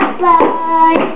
bye